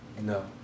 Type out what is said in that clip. no